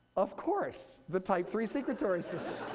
of course, the type three secretory system.